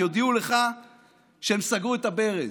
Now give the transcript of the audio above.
יודיעו לך שהם סגרו את הברז.